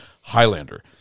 Highlander